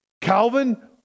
Calvin